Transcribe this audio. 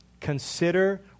Consider